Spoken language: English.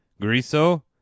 griso